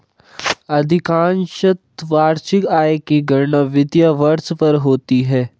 अधिकांशत वार्षिक आय की गणना वित्तीय वर्ष पर होती है